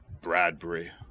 Bradbury